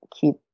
keep